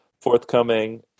forthcoming